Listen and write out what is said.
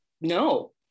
no